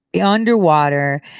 underwater